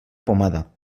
pomada